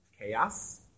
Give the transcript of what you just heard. Chaos